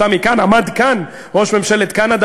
עמד כאן ראש ממשלת קנדה,